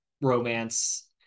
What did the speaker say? romance